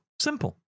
simple